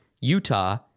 Utah